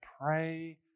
pray